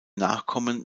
nachkommen